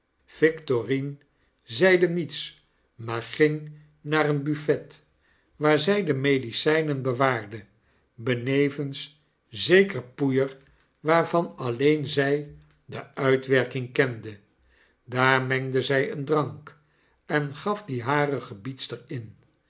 victorine zeide niets maar ging naar een buffet waar zy de medicynen bewaarde benevens zeker poeier waarvan alleen zij de uitwerking kende daar mengde zy een drank en gaf die hare gebiedster in